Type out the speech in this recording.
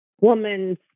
woman's